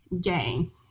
game